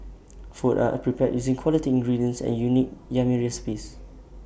food are prepared using quality ingredients and unique yummy recipes